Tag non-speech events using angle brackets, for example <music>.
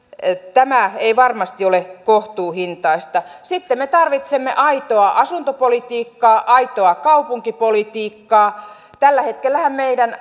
tämä ei varmasti ole kohtuuhintaista sitten me tarvitsemme aitoa asuntopolitiikkaa aitoa kaupunkipolitiikkaa tällä hetkellähän meidän <unintelligible>